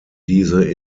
diese